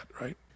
right